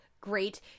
great